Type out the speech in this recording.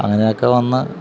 അങ്ങനെയൊക്കെ വന്ന്